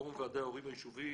פורום ועדי ההורים היישובים